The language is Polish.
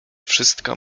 wszystko